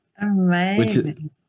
Amazing